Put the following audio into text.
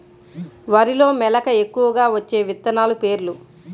వరిలో మెలక ఎక్కువగా వచ్చే విత్తనాలు పేర్లు?